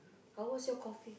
how was your coffee